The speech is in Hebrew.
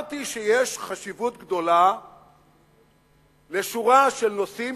אמרתי שיש חשיבות גדולה לשורה של נושאים